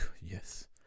Yes